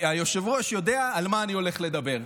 היושב-ראש יודע על מה אני הולך לדבר.